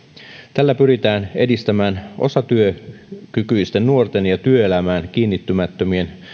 tällä pyritään edistämään osatyökykyisten nuorten ja työelämään kiinnittymättömien